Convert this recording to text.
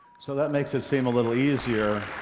so that makes it seem a little easier.